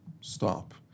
stop